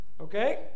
Okay